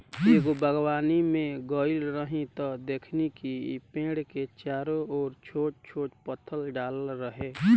एगो बागवानी में गइल रही त देखनी कि पेड़ के चारो ओर छोट छोट पत्थर डालल रहे